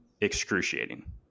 excruciating